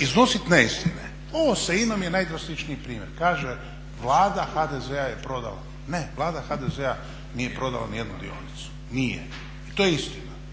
iznositi neistine. Ovo sa INA-om je najdrastičniji primjer. Kaže Vlada HDZ-a je prodala. Ne, Vlada HDZ-a nije prodala ni jednu dionicu. Nije. I to je istina.